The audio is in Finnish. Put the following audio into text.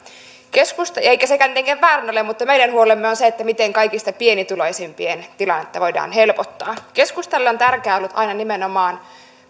ei sekään tietenkään väärin ole mutta meidän huolemme on se miten kaikista pienituloisimpien tilannetta voidaan helpottaa keskustalle on tärkeää ollut aina nimenomaan